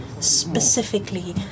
Specifically